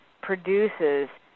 produces